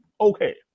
okay